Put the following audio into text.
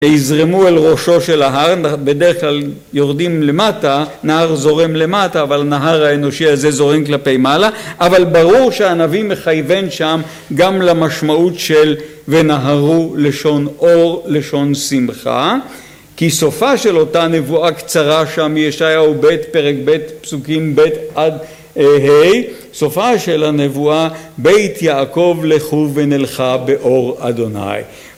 יזרמו אל ראשו של ההר בדרך כלל יורדים למטה נהר זורם למטה אבל נהר האנושי הזה זורם כלפי מעלה אבל ברור שהנביא מכוון שם גם למשמעות של ונהרו לשון אור לשון שמחה כי סופה של אותה נבואה קצרה שם ישעיהו בית פרק בית פסוקים בית עד ה' סופה של הנבואה בית יעקב לכו ונלכה באור אדוני